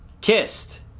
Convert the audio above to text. Kissed